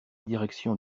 direction